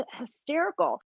hysterical